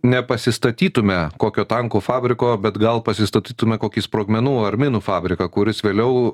nepasistatytume kokio tankų fabriko bet gal pasistatytume kokį sprogmenų ar minų fabriką kuris vėliau